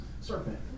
serpent